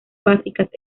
básicas